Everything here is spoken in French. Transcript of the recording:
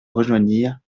rejoignirent